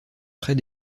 très